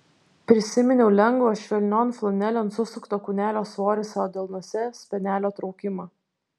prisiminiau lengvą švelnion flanelėn susukto kūnelio svorį savo delnuose spenelio traukimą